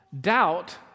Doubt